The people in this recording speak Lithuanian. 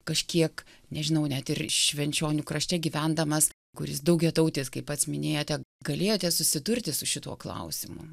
kažkiek nežinau net ir švenčionių krašte gyvendamas kuris daugiatautis kaip pats minėjote galėjote susidurti su šituo klausimu